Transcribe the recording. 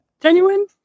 genuine